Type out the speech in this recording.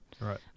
right